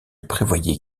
prévoyait